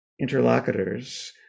interlocutors